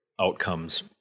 outcomes